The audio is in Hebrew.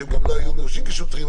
שגם לא היו לבושים כשוטרים,